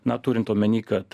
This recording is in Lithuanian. na turint omeny kad